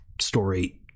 story